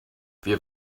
wir